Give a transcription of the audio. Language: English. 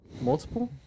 Multiple